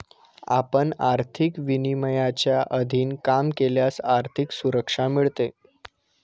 आपण आर्थिक विनियमांच्या अधीन काम केल्यास आर्थिक सुरक्षा मिळते